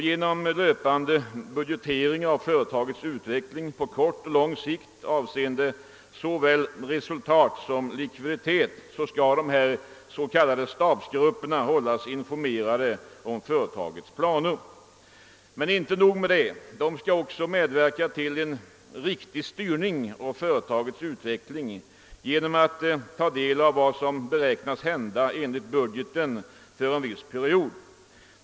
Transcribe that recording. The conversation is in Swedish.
Genom löpande budgetering av företagets utveckling på kort och lång sikt avseende såväl resultat som likviditet skall stabsgrupperna hållas informerade om företagets planer. Men inte nog med det; de skall också medverka till en riktig styrning av företagets utveckling genom att ta del av vad som beräknas hända enligt budgeten för en viss period.